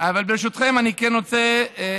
ברשותכם אני רק רוצה,